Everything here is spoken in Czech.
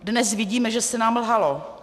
Dnes vidíme, že se nám lhalo.